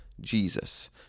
Jesus